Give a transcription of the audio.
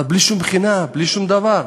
אבל בלי שום בחינה, בלי שום דבר.